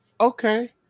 Okay